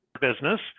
business